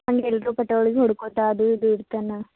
ಅಂದರೆ ಎಲ್ಲರು ಹಿಡ್ಕೋತಾ ಅದು ಇದು ಇಡ್ತಾನಾ